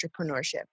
entrepreneurship